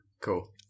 Cool